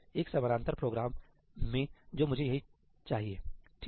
एक समानांतर प्रोग्राम में जो मुझे यही चाहिए ठीक है